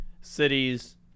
cities